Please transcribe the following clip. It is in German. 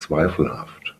zweifelhaft